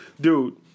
Dude